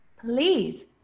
Please